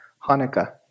Hanukkah